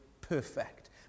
perfect